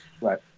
Right